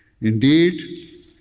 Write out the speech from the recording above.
Indeed